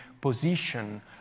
position